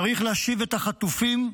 צריך להשיב את החטופים,